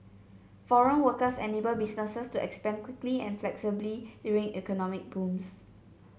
foreign workers enable businesses to expand quickly and flexibly during economic booms